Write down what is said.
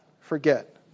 forget